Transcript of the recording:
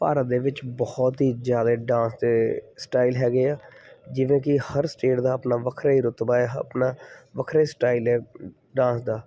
ਭਾਰਤ ਦੇ ਵਿੱਚ ਬਹੁਤ ਹੀ ਜ਼ਿਆਦਾ ਡਾਂਸ ਅਤੇ ਸਟਾਈਲ ਹੈਗੇ ਆ ਜਿਵੇਂ ਕਿ ਹਰ ਸਟੇਟ ਦਾ ਆਪਣਾ ਵੱਖਰਾ ਹੀ ਰੁਤਬਾ ਹੈ ਆਪਣਾ ਵੱਖਰੇ ਸਟਾਈਲ ਹੈ ਡਾਂਸ ਦਾ